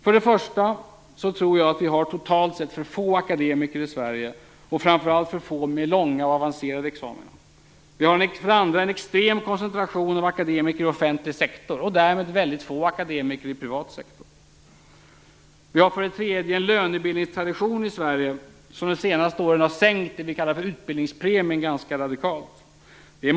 För det första tror jag att vi totalt sett har för få akademiker i Sverige, framför allt för få med långa avancerade examina. För det andra har vi en extrem koncentration av akademiker i offentlig sektor och därmed väldigt få akademiker i privat sektor. För det tredje har vi en lönebildningstradition i Sverige som under de senaste åren har sänkt det vi kallar för utbildningspremien ganska radikalt.